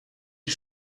die